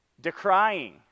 decrying